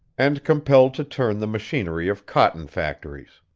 and compelled to turn the machinery of cotton-factories.